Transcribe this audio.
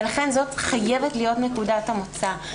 לכן זאת חייבת להיות נקודת המוצא.